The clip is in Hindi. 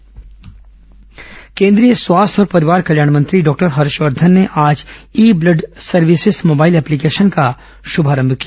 हर्षवर्धन ब्लड ऐप केंद्रीय स्वास्थ्य और परिवार कल्याण मंत्री डॉक्टर हर्षवर्धन ने आज e blood services mobile application का शुभारंभ किया